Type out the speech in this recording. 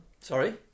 Sorry